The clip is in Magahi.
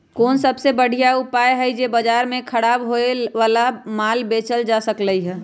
कोन सबसे बढ़िया उपाय हई जे से बाजार में खराब होये वाला माल बेचल जा सकली ह?